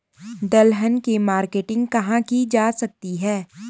दलहन की मार्केटिंग कहाँ की जा सकती है?